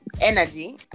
energy